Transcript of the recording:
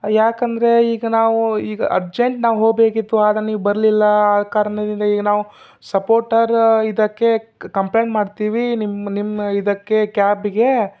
ಯಾಕಂದರೆ ಈಗ ನಾವು ಈಗ ಅರ್ಜೆಂಟ್ ನಾವು ಹೋಗ್ಬೇಕಿತ್ತು ಆಗ ನೀವು ಬರಲಿಲ್ಲ ಆ ಕಾರಣದಿಂದ ಈಗ ನಾವು ಸಪೋಟರ್ ಇದಕ್ಕೆ ಕ್ ಕಂಪ್ಲೇಂಟ್ ಮಾಡ್ತೀವಿ ನಿಮ್ಮ ನಿಮ್ಮ ಇದಕ್ಕೆ ಕ್ಯಾಬ್ಗೆ